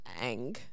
ang